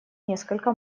несколько